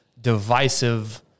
divisive